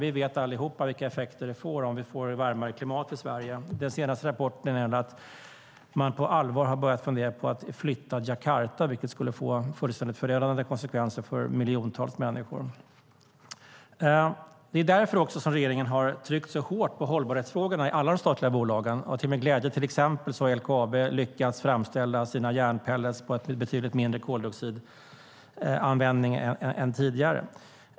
Vi vet allihop vilka effekter det blir om vi får varmare klimat i Sverige. Enligt den senaste rapporten har man på allvar börjat fundera på att flytta Jakarta, vilket skulle få förödande konsekvenser för miljontals människor. Det är också därför som regeringen har tryckt så hårt på hållbarhetsfrågorna i alla statliga bolag, och till min glädje har till exempel LKAB lyckats framställa sina järnpelletar med betydligt mindre koldioxidanvändning än tidigare.